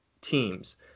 teams